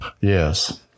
Yes